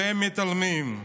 והם, מתעלמים.